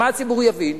מה הציבור יבין?